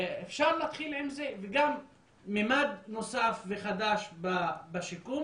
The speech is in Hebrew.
אפשר להתחיל עם זה וגם ממד נוסף וחדש בשיקום,